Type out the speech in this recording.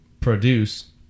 produce